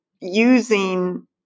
using